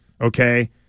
Okay